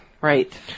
Right